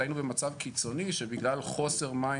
אלא היינו במצב קיצוני שבגלל חוסר מים